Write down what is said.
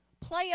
Play